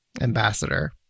ambassador